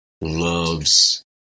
loves